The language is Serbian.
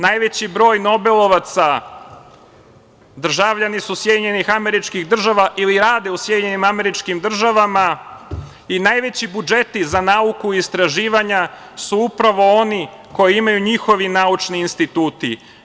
Najveći broj nobelovaca državljani su SAD i rade u SAD i najveći budžeti i za nauku i istraživanja su upravo oni koji imaju njihovi naučni instituti.